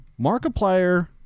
Markiplier